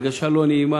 הרגשה לא נעימה,